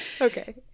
Okay